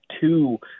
two